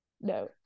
No